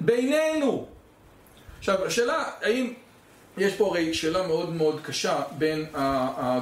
בינינו עכשיו השאלה האם יש פה הרי שאלה מאוד מאוד קשה בין,